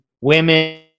women